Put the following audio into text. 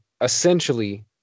essentially